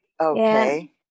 Okay